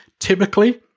Typically